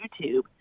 YouTube –